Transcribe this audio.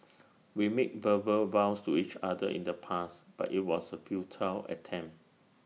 we made verbal vows to each other in the past but IT was A futile attempt